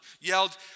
yelled